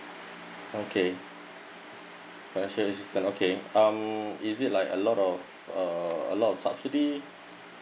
okay financial assistance okay um is it like a lot of uh a lot of subsidy